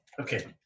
Okay